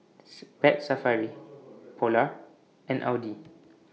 Pet Safari Polar and Audi